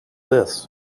this